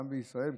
גם בישראל,